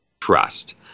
trust